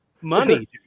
Money